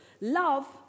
Love